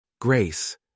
Grace